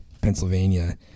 Pennsylvania